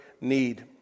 need